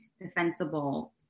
defensible